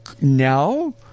Now